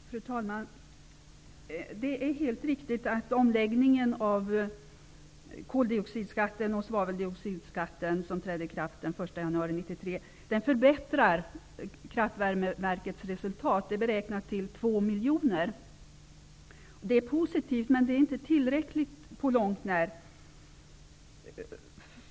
Fru talman! Det är helt riktigt att omläggningen av koldioxidskatten och svaveldioxidskatten, som träder i kraft den 1 januari 1993, kommer att förbättra Kraftvärmeverkets resultat, det är beräknat till 2 miljoner. Det är positivt men inte tillräckligt på långt när.